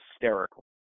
hysterical